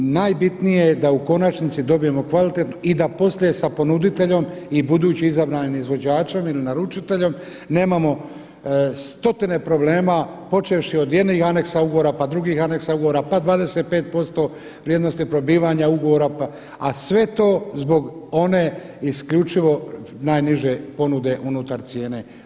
Najbitnije da u konačnici dobijemo kvalitetnu i da poslije sa ponuditeljem i budući izabranim izvođačem ili naručiteljem nemamo stotine problema, počevši od … aneksa ugovora, pa drugih aneksa ugovora pa 25% vrijednosti probivanja ugovora, a sve to zbog one isključivo najniže ponude unutar cijene.